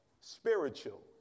Spiritual